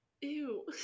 Ew